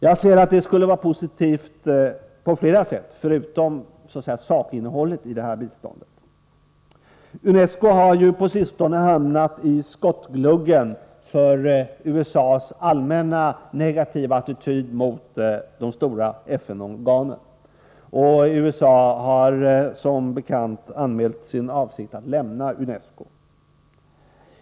Jag anser att det skulle vara positivt på flera sätt, förutom med avseende på sakinnehållet i det här biståndet. UNESCO har ju på sistone hamnat i skottgluggen för USA:s allmänt negativa attityd till de stora FN-organen, och USA har som bekant anmält sin avsikt att lämna UNESCO.